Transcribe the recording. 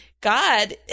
God